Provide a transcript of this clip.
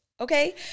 Okay